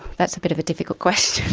that's a bit of a difficult question.